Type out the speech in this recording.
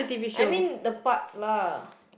I mean the parts lah